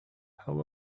how